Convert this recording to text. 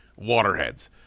waterheads